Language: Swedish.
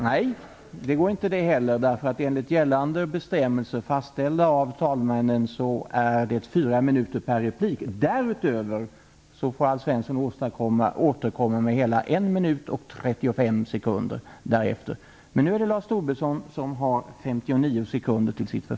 Nej, det är inte så. Enligt gällande bestämmelser, fastställda av talmännen, är taletiden 4 minuter per replik. Alf Svensson får återkomma med ett anförande om 1 minut och 35 sekunder.